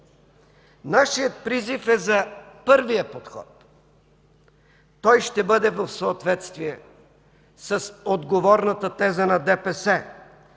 Нашият призив е за първия подход. Той ще бъде в съответствие с отговорната теза на ДПС,